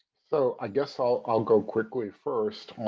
so i guess i'll i'll go quickly first.